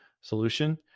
solution